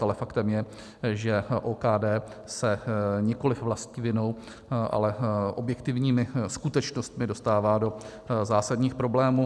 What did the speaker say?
Ale faktem je, že OKD se nikoliv vlastní vinou, ale objektivními skutečnostmi dostává do zásadních problémů.